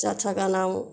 जाथ्रा गानाव